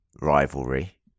rivalry